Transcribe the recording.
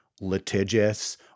litigious